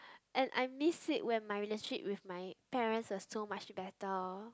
and I miss it when my relationship with my parents are so much better